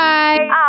Bye